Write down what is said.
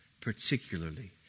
particularly